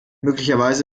möglicherweise